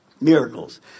miracles